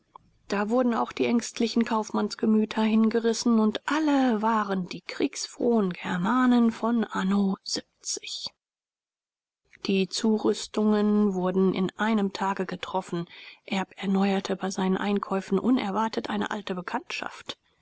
da wurden auch die ängstlichen kaufmannsgemüter hingerissen und alle waren die kriegsfrohen germanen von anno die zurüstungen wurden in einem tage getroffen erb erneuerte bei seinen einkäufen unerwartet eine alte bekanntschaft